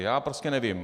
Já prostě nevím.